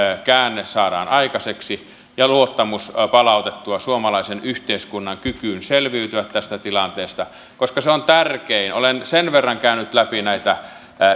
käänne saadaan aikaiseksi ja palautettua luottamus suomalaisen yhteiskunnan kykyyn selviytyä tästä tilanteesta koska se on tärkeintä olen sen verran käynyt läpi näitä